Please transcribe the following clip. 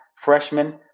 freshman